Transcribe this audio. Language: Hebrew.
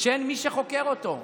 שאין מי שחוקר אותו.